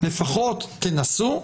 לפחות תנסו,